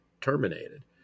terminated